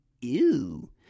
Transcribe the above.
Ew